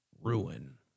ruin